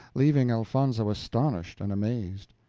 leaving elfonzo astonished and amazed.